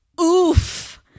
oof